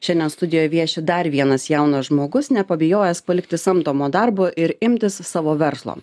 šiandien studijoj vieši dar vienas jaunas žmogus nepabijojęs palikti samdomo darbo ir imtis savo verslo